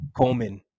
coleman